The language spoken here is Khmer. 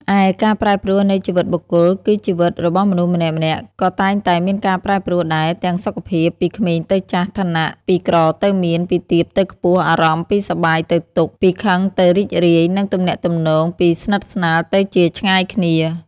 ឯ ការប្រែប្រួលនៃជីវិតបុគ្គល គឺជីវិតរបស់មនុស្សម្នាក់ៗក៏តែងតែមានការប្រែប្រួលដែរ ទាំងសុខភាព ពីក្មេងទៅចាស់ ឋានៈ ពីក្រទៅមាន ពីទាបទៅខ្ពស់ អារម្មណ៍ ពីសប្បាយទៅទុក្ខ ពីខឹងទៅរីករាយ និងទំនាក់ទំនង ពីស្និទ្ធស្នាលទៅជាឆ្ងាយគ្នា។